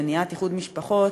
מניעת איחוד משפחות,